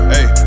Hey